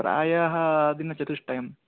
प्रायः दिनचतुष्टयं